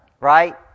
right